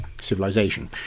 civilization